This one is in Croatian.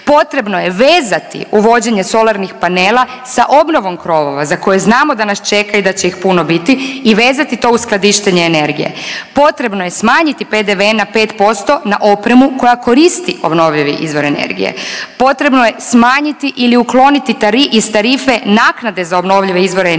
Potrebno je vezati uvođenje solarnih panela sa obnovom krovova za koje znamo da nas čeka i da će ih puno biti i vezati to uz skladištenje energije. Potrebno je smanjiti PDV na 5% na opremu koja koristi obnovljive izvore energije. Potrebno je smanjiti ili ukloniti iz tarife naknade za obnovljive izvore energije